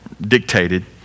dictated